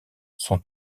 son